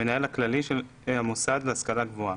המנהל הכללי של המוסד להשכלה גבוהה,